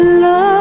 love